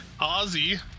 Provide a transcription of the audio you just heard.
Ozzy